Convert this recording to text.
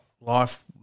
life